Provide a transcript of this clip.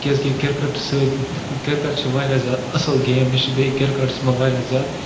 کیٛازکہِ کِرکَٹ سۭتۍ کِرکَٹ چھُ واریاہ زیادٕ اَصٕل گیم مےٚ چھُ بیٚیہِ کِرکَٹَس منٛز واریاہ زیادٕ